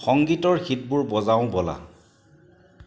সংগীতৰ হিটবোৰ বজাওঁ ব'লা